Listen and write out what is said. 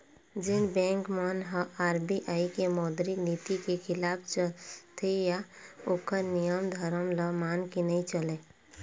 जेन बेंक मन ह आर.बी.आई के मौद्रिक नीति के खिलाफ चलथे या ओखर नियम धरम ल मान के नइ चलय